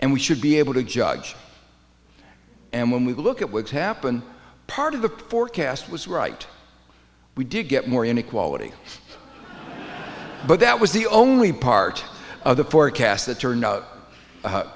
and we should be able to judge and when we look at what's happened part of the forecast was right we didn't get more inequality but that was the only part of the forecast that turned